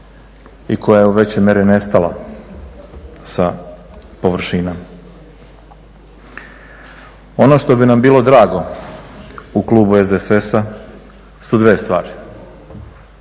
i koja je u većoj mjeri nestala sa površina. Ono što bi nam bilo drago u klubu SDSS-a su dvije stvari.